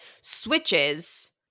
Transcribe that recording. switches